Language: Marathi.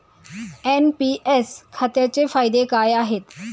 एन.पी.एस खात्याचे फायदे काय आहेत?